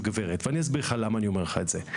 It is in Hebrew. אני אסביר לך למה אני אומר את זה.